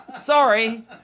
Sorry